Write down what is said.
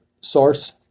source